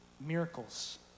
miracles